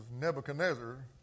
Nebuchadnezzar